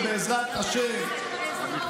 ובעזרת השם,